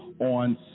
on